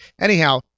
Anyhow